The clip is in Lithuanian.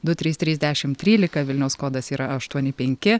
du trys trys dešimt trylika vilniaus kodas yra aštuoni penki